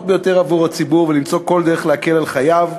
ביותר עבור הציבור ולמצוא כל דרך להקל על חייו.